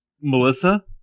Melissa